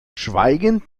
schweigend